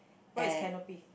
what is canopy